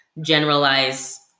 generalize